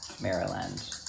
Maryland